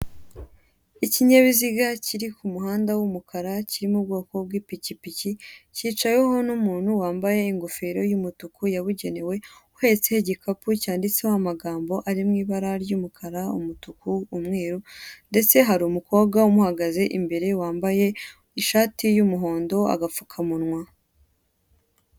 Ikinyabiziga kiri ku muhanda w'umukara kiri m'ubwoko bw'ipikipiki, cyicayeweho n'umuntu wambaye ingofero y'umutuku yabugenewe, uhetse igikapu cyanditseho amagambo ari mu ibara ry'umukara, umutuku, umweru ndetse hari umukobwa umuhagaze imbere wambaye ishati y'umuhondo, agapfukamunwa.